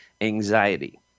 anxiety